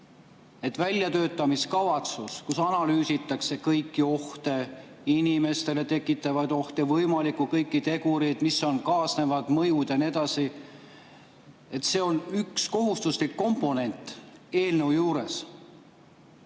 et väljatöötamiskavatsus, kus analüüsitakse kõiki ohte, inimestele tekitatavaid ohte, kõiki võimalikke tegureid, mis on kaasnevad mõjud ja nii edasi, on üks kohustuslik komponent eelnõu juures.